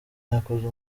yakoze